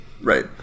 Right